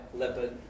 leopard